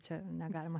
čia negalima